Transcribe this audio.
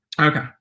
Okay